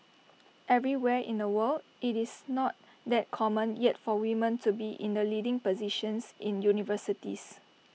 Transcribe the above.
everywhere in the world IT is not that common yet for women to be in the leading positions in universities